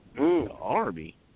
Army